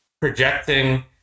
projecting